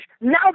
now